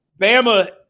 Bama